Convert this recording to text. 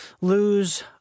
lose—